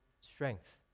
strength